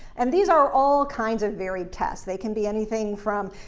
and these are all kinds of varied tests. they can be anything from,